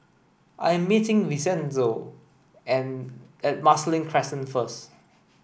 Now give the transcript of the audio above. I am meeting Vincenzo and at Marsiling Crescent first